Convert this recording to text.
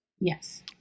Yes